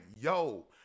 yo